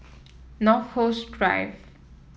North Coast Drive